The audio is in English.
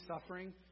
suffering